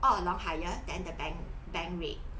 a lot higher than the bank bank rate